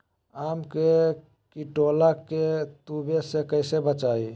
आम के टिकोला के तुवे से कैसे बचाई?